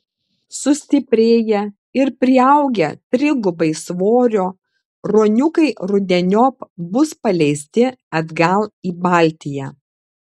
sustiprėję ir priaugę trigubai svorio ruoniukai rudeniop bus paleisti atgal į baltiją